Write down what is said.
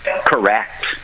Correct